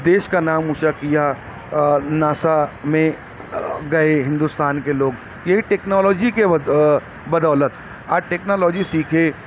دیش کا نام اونچا کیا ناسا میں گئے ہندوستان کے لوگ یہ ایک ٹیکنالوجی کے بدولت آج ٹیکنالوجی سیکھے